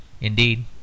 Indeed